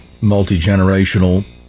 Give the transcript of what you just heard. multi-generational